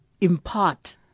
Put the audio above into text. impart